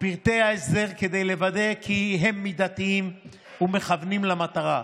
כדי לוודא כי הם מידתיים ומכוונים למטרה.